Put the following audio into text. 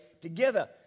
together